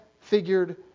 figured